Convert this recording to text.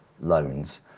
loans